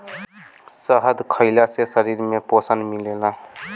शहद खइला से शरीर में पोषण मिलेला